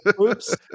Oops